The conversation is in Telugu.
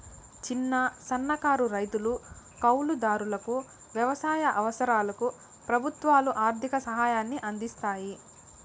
చిన్న, సన్నకారు రైతులు, కౌలు దారులకు వ్యవసాయ అవసరాలకు ప్రభుత్వాలు ఆర్ధిక సాయాన్ని అందిస్తాయి